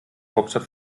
hauptstadt